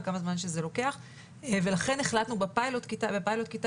וכמה זמן שזה לוקח ולכן החלטנו בפיילוט כיתה